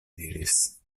diris